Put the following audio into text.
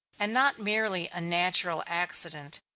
and not merely a natural accident,